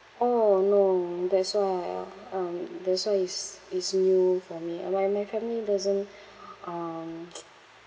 oh no that's why I uh um that's why is is new for me uh my my family doesn't um